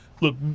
Look